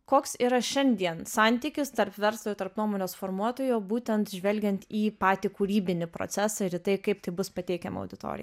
koks yra šiandien santykis tarp verslo ir tarp nuomonės formuotojo būtent žvelgiant į patį kūrybinį procesą ir į tai kaip tai bus pateikiama auditorijai